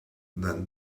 than